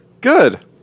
good